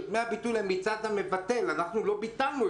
דמי הביטול הם מצד המבטל, אנחנו לא ביטלנו את זה.